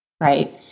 right